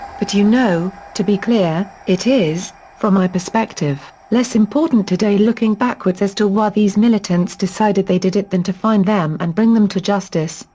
but you know, to be clear, it is, from my perspective, less important today looking backwards as to why these militants decided they did it than to find them and bring them to justice,